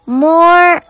more